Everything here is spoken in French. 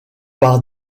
par